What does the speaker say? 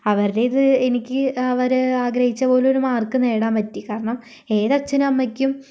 അവരുടേത് എനിക്ക് അവര് ആഗ്രഹിച്ച പോലൊരു മാർക്ക് നേടാൻ പറ്റി കാരണം ഏതച്ഛനും അമ്മയ്ക്കും